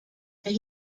that